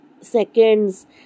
seconds